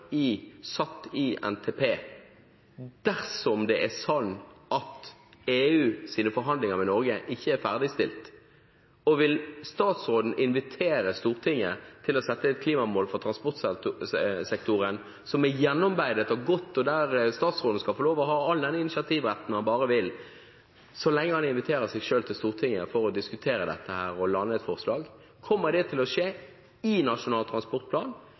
være satt et klimamål i NTP dersom EUs forhandlinger med Norge ikke er ferdigstilt? Vil statsråden invitere Stortinget til å sette et klimamål for transportsektoren som er gjennomarbeidet og godt, og der statsråden skal få lov til å ha all den initiativretten han bare vil, så lenge han inviterer seg selv til Stortinget for å diskutere dette og lande et forslag? Kommer det til skje i Nasjonal transportplan,